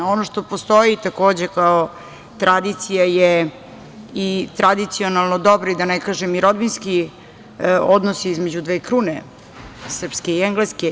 Ono što postoji takođe kao tradicija je i tradicionalno dobro i da ne kažem i rodbinski, odnos između dve krune srpske i engleske.